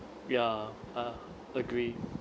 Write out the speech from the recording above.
ya uh agree